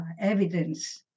evidence